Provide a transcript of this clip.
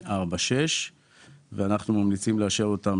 2022-016846. אנחנו מציעים לאשר אותם